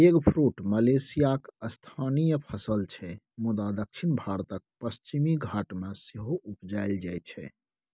eggfruit मलेशियाक स्थानीय फसल छै मुदा दक्षिण भारतक पश्चिमी घाट मे सेहो उपजाएल जाइ छै